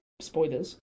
Spoilers